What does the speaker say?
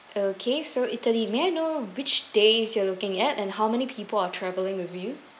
okay so italy may I know which days you are looking at and how many people are travelling with you